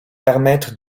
permettre